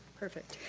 perfect.